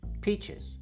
Peaches